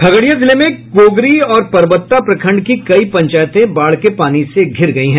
खगड़िया जिले में गोगरी और परबत्ता प्रखंड की कई पंचायतें बाढ़ के पानी से घिर गई हैं